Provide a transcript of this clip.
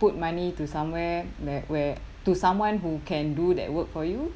put money to somewhere that where to someone who can do that work for you